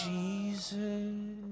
Jesus